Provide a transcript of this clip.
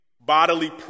bodily